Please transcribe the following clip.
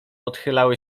odchylały